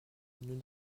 nous